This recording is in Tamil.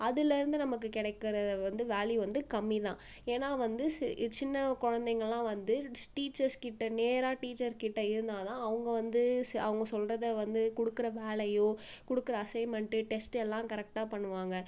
அதில் இருந்து நமக்கு கிடைக்கற வந்து வேல்யூ வந்து கம்மி தான் ஏன்னால் வந்துச்சு சின்ன குழந்தைங்கள்லாம் வந்து டீச்சர்ஸ்க்கிட்ட நேராக டீச்சர்க்கிட்ட இருந்தால் தான் அவங்க வந்து ச அவங்க சொல்கிறத வந்து கொடுக்குற வேலையோ கொடுக்குற அசைன்மெண்ட்டு டெஸ்டு எல்லாம் கரெக்டாக பண்ணுவாங்க